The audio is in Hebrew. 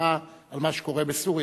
כמחאה על מה שקורה בסוריה.